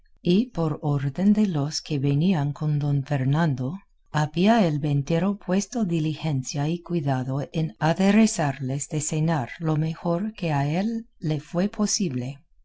y por orden de los que venían con don fernando había el ventero puesto diligencia y cuidado en aderezarles de cenar lo mejor que a él le fue posible